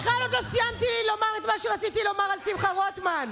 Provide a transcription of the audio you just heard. בכלל עוד לא סיימתי לומר את מה שרציתי לומר על שמחה רוטמן.